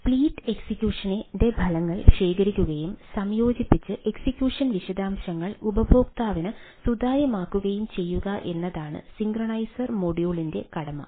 split എക്സിക്യൂഷന്റെ ഫലങ്ങൾ ശേഖരിക്കുകയും സംയോജിപ്പിച്ച് എക്സിക്യൂഷൻ വിശദാംശങ്ങൾ ഉപയോക്താവിന് സുതാര്യമാക്കുകയും ചെയ്യുക എന്നതാണ് സിൻക്രൊണൈസർ മൊഡ്യൂളിന്റെ കടമ